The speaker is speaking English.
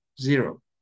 zero